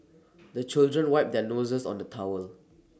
the children wipe their noses on the towel